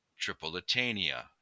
Tripolitania